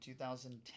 2010